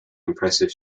impressive